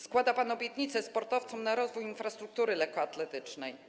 Składa pan obietnice sportowcom co do rozwoju infrastruktury lekkoatletycznej.